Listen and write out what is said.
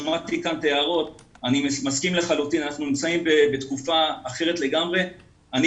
שמעתי את ההערות שנאמרו כאן ואני מסכים אתן.